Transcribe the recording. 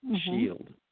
shield